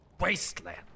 wasteland